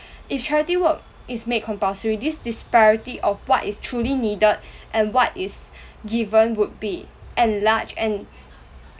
if charity work is made compulsory this disparity of what is truly needed and what is given would be enlarged and